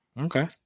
Okay